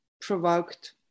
provoked